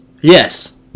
yes